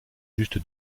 juste